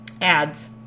ads